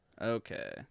Okay